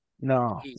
No